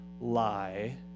lie